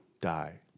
die